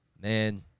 man